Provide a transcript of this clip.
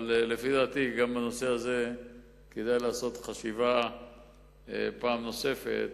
אבל לפי דעתי גם בנושא הזה כדאי לעשות חשיבה פעם נוספת,